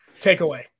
Takeaway